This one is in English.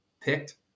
picked